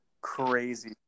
crazy